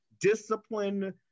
discipline